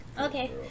Okay